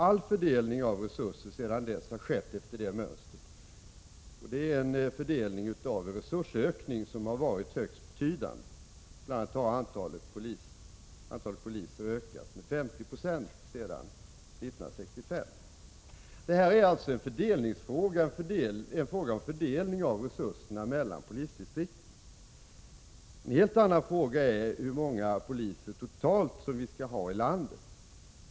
All fördelning av resurser sedan dess har skett efter det mönstret, och resursökningen har varit högst betydande. Bl. a. har antalet poliser ökat med 50 90 sedan 1965. Det är alltså en fråga om fördelning av resurserna mellan polisdistrikten. En helt annan fråga är hur många poliser totalt som vi skall ha i landet.